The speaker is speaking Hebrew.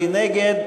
נגד.